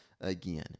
again